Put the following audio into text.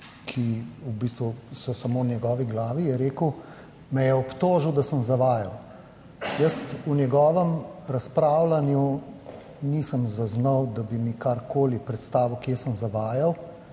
so samo v njegovi glavi, je rekel, me je obtožil, da sem zavajal. Jaz v njegovem razpravljanju nisem zaznal, da bi mi karkoli predstavil kje sem zavajal,